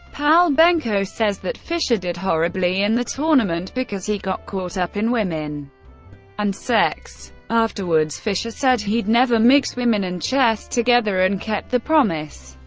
pal benko says that fischer did horribly in the tournament because he got caught up in women and sex. afterwards, fischer said he'd never mix women and chess together, and kept the promise.